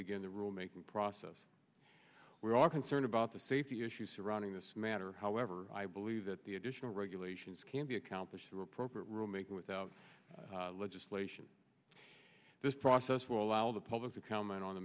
begin the rulemaking process we are concerned about the safety issues surrounding this matter however i believe that the additional regulations can be accomplished through appropriate rulemaking without legislation this process will allow the public to come out on the